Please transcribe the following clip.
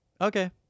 okay